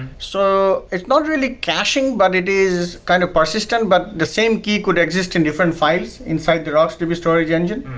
so it's not really caching, but it is kind of persistent, but the same key could exist in different files inside the rocksdb storage engine.